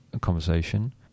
conversation